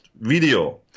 video